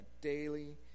daily